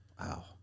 Wow